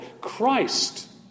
Christ